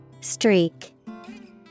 Streak